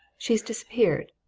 she's disappeared.